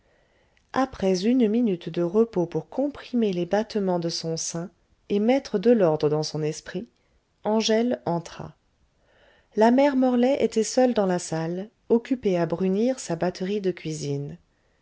après une minute de repos pour comprimer les battements de son sein et mettre de l'ordre dans son esprit angèle entra la mère morlaix était seule dans la salle occupée à brunir sa batterie de cuisine